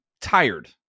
tired